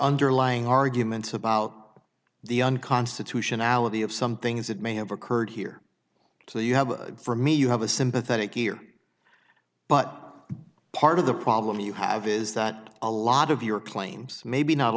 underlying arguments about the unconstitutionality of some things that may have occurred here so you have for me you have a sympathetic ear but part of the problem you have is that a lot of your claims maybe not